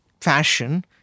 fashion